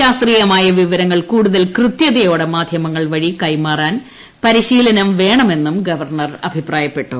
ശാസ്ത്രീയമായ വിവരങ്ങൾ കൂടുതൽ കൃത്യതയോടെ മാധ്യമങ്ങൾ വഴി കൈമാറാൻ പരിശീലനങ്ങൾ വേണമെന്നും ഗവർണർ അഭിപ്രായപ്പെട്ടു